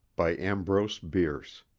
by ambrose bierce